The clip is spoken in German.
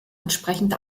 entsprechend